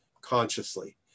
consciously